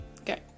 okay